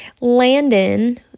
Landon